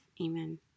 Amen